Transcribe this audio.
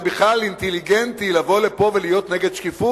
זה בכלל אינטליגנטי לבוא לפה ולהיות נגד שקיפות?